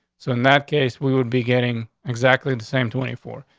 so in that case, we would be getting exactly the same twenty four.